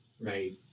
right